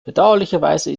bedauerlicherweise